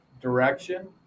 direction